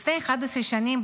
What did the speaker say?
לפני 11 שנים,